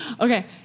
okay